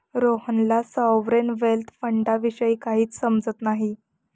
रोहनला sovereign wealth फंडाविषयी काहीच समजत नाही